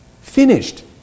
Finished